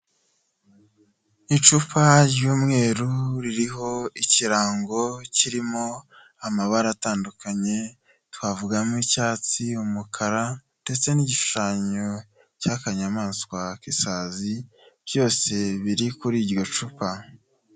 Icupa ry'umweru ririho ikirango kirimo amabara atandukanye: twavugamo icyatsi, umukara ndetse n'igishushanyo cy'akanyamaswa k'isazi byose biri kuri iryo cupa.